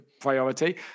priority